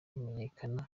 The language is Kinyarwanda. kumenyekana